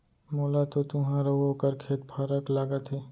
मोला तो तुंहर अउ ओकर खेत फरक लागत हे